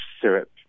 syrup